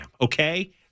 okay